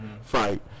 fight